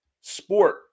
sport